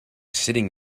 sitting